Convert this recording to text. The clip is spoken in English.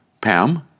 Pam